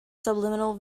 subliminal